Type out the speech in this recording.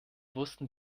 wussten